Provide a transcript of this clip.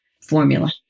formula